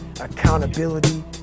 accountability